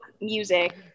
music